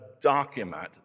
document